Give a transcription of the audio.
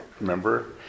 remember